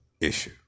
issue